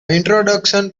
introduction